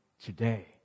today